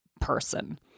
person